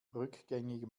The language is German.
rückgängig